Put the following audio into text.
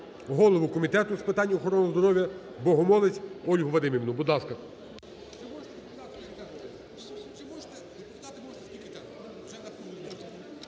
голову Комітету з питань охорони здоров'я Богомолець Ольгу Вадимівну. Будь ласка.